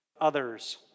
others